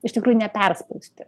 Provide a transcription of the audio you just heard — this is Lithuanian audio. iš tikrųjų neperspausti